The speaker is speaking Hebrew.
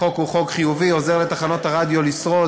החוק הוא חוק חיובי, עוזר לתחנות רדיו לשרוד.